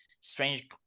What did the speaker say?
strange